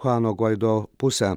chuano gvaido pusę